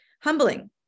humbling